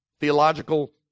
theological